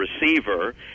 receiver